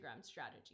strategy